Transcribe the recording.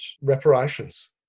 reparations